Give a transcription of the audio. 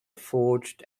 forged